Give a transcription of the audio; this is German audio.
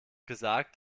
gesagt